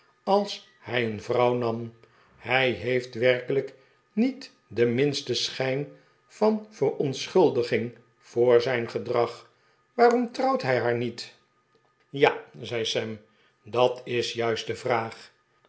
als hij een vrouw nam hij heeft werkelijk niet den minsten schijn van verontschuldiging voor zijn gedrag waarom trouwt hij haar niet ja zei sam dat is juist de vraag